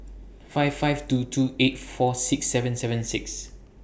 five five two two eight four six seven seven six